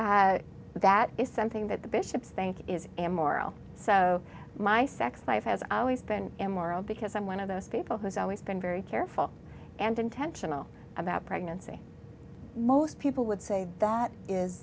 that is something that the bishops think is immoral so my sex life has always been immoral because i'm one of those people who's always been very careful and intentional about pregnancy most people would say that is